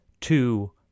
Two